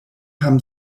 haben